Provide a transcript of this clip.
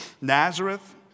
Nazareth